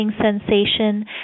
sensation